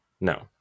No